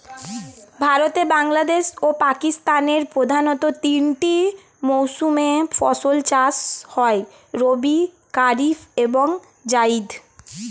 ভারতে, বাংলাদেশ ও পাকিস্তানের প্রধানতঃ তিনটি মৌসুমে ফসল চাষ হয় রবি, কারিফ এবং জাইদ